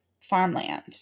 farmland